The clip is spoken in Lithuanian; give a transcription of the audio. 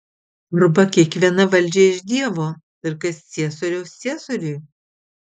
arba kiekviena valdžia iš dievo ir kas ciesoriaus ciesoriui